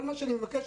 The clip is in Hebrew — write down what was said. כל מה שאני מבקש,